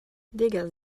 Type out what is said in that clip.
degas